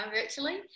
virtually